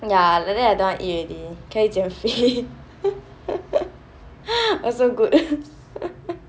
ya like that I don't want to eat already 可以减肥 also good